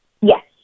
Yes